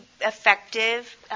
effective